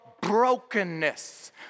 brokenness